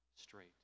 straight